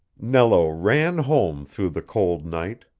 nello ran home through the cold night,